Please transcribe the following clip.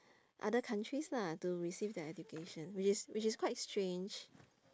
other countries lah to receive their education which is which is quite strange